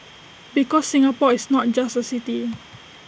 because Singapore is not just A city